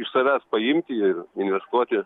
iš savęs paimti ir investuoti